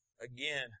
again